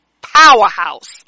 Powerhouse